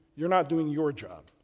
you're not doing your job.